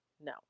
no